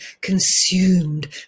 consumed